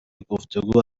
گفتگو